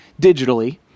digitally